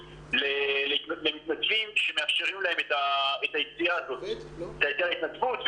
למתנדבים שמאפשרים להם את היציאה הזאת להתנדבות,